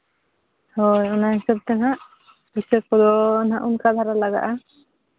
ᱦᱳᱭ ᱚᱱᱟ ᱦᱤᱥᱟᱹᱵ ᱛᱮ ᱱᱟᱜ ᱯᱚᱭᱥᱟ ᱠᱚ ᱦᱟᱸᱜ ᱚᱱᱠᱟ ᱫᱷᱟᱨᱟ ᱞᱟᱜᱟᱜᱼᱟ